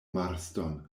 marston